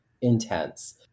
intense